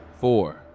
Four